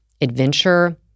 adventure